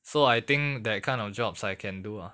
so I think that kind of jobs I can do lah